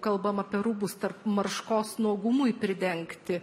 kalbam apie rūbus tarp marškos nuogumui pridengti